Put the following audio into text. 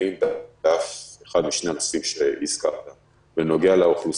הקצינו כסף גם להסברה ברשות וצריך לזכור